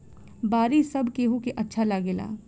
बारिश सब केहू के अच्छा लागेला